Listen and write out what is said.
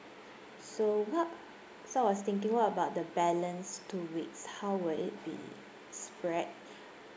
so what so I was thinking what about the balance two weeks how will it be spread